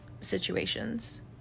situations